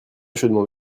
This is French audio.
chaudement